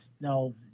no